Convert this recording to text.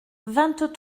vingt